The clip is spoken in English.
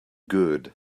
good